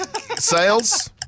Sales